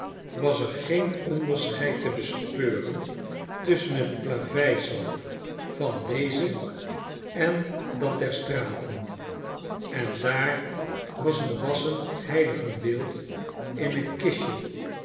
was er geen onderscheid te bespeuren tusschen het plaveisel van deze en dat der straten en daar was een wassen heiligenbeeld in een kistje